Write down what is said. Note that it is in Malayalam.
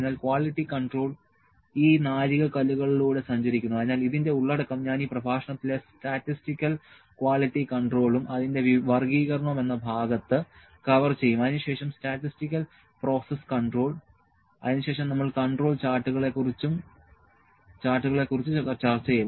അതിനാൽ ക്വാളിറ്റി കൺട്രോൾ ഈ നാഴികക്കല്ലുകളിലൂടെ സഞ്ചരിക്കുന്നു അതിനാൽ ഇതിന്റെ ഉള്ളടക്കം ഞാൻ ഈ പ്രഭാഷണത്തിലെ സ്റ്റാറ്റിസ്റ്റിക്കൽ ക്വാളിറ്റി കൺട്രോളും അതിന്റെ വർഗ്ഗീകരണവും എന്ന ഭാഗത്ത് കവർ ചെയ്യും അതിനുശേഷം സ്റ്റാറ്റിസ്റ്റിക്കൽ പ്രോസസ്സ് കൺട്രോൾ അതിനുശേഷം നമ്മൾ കൺട്രോൾ ചാർട്ടുകളെ കുറിച്ച് ചർച്ച ചെയ്യും